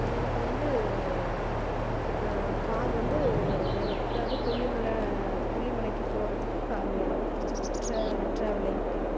எனக்கு வந்து கா கார் வந்து வேணும் அதாவது கொல்லிமலை கொல்லிமலைக்கு போகிறதுக்கு கார் வேணும் ட்ர ட்ராவலிங்குக்கு